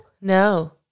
No